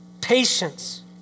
patience